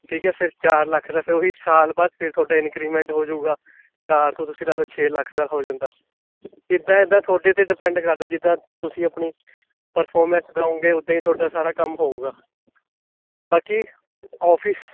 ਠੀਕ ਹੈ ਫਿਰ ਚਾਰ ਲੱਖ ਦਾ ਅਤੇ ਉਹੀ ਸਾਲ ਬਾਅਦ ਫਿਰ ਤੁਹਾਡਾ ਇੰਨਕਰੀਮੈਂਟ ਹੋ ਜਾਵੇਗਾ ਚਾਰ ਤੋਂ ਤੁਸੀਂ ਲਾ ਲਉ ਛੇ ਲੱਖ ਦਾ ਹੋ ਜਾਂਦਾ ਇੱਦਾਂ ਇੱਦਾਂ ਤੁਹਾਡੇ 'ਤੇ ਡਿਪੈਂਨਡ ਕਰਦਾ ਜਿੱਦਾਂ ਤੁਸੀਂ ਆਪਣੀ ਪਰਫ਼ੋਰਮੈਂਸ ਦੇਵੋਂਗੇ ਉੱਦਾਂ ਹੀ ਤੁਹਾਡਾ ਸਾਰਾ ਕੰਮ ਹੋਵੇਗਾ ਬਾਕੀ ਔਫਿਸ